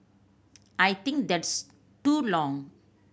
I think that's too long